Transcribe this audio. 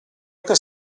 oche